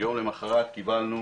יום למחרת קיבלנו